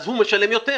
אז הוא משלם יותר,